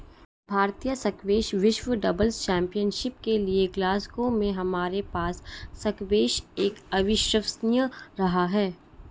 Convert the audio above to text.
भारतीय स्क्वैश विश्व doubles championship के लिएग्लासगो में हमारे पास स्क्वैश एक अविश्वसनीय रहा है